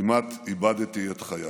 כמעט איבדתי את חיי.